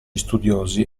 studiosi